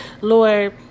Lord